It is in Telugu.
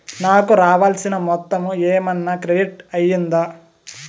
నాకు రావాల్సిన మొత్తము ఏమన్నా క్రెడిట్ అయ్యిందా